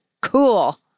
cool